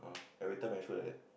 every time I feel like that